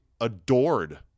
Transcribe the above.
adored